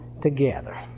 together